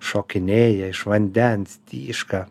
šokinėja iš vandens tyška